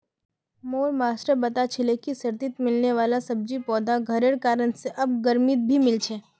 मोर मास्टर बता छीले कि सर्दित मिलने वाला सब्जि पौधा घरेर कारण से आब गर्मित भी मिल छे